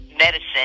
medicine